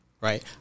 right